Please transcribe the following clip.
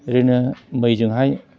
ओरैनो बैजोंहाय